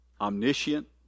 omniscient